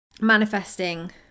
manifesting